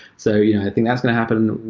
so yeah i think that's going to happen.